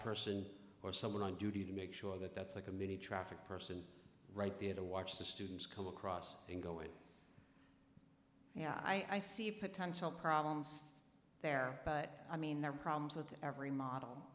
person or someone on duty to make sure that that's a committee traffic person right there to watch the students come across and go and yeah i see potential problems there but i mean there are problems with every